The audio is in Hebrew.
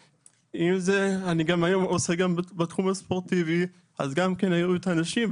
היום אני עוסק גם בתחום הספורטיבי אז גם כן היו את האנשים.